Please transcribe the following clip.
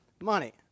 money